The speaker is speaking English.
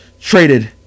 traded